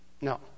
No